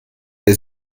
der